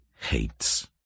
hates